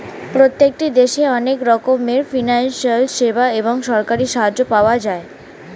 প্রত্যেকটি দেশে অনেক রকমের ফিনান্সিয়াল সেবা এবং সরকারি সাহায্য পাওয়া যায়